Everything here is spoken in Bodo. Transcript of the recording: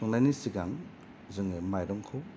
संनायनि सिगां जोङो माइरंखौ